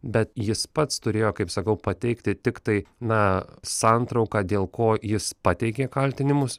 bet jis pats turėjo kaip sakau pateikti tiktai na santrauką dėl ko jis pateikė kaltinimus